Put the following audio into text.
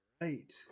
Right